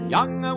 Young